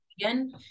again